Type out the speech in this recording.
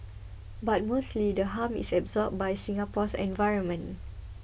but mostly the harm is absorbed by Singapore's environment